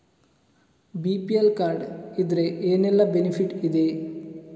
BPL card ಇದ್ರೆ ಏನೆಲ್ಲ benefit ಇದೆ?